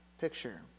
picture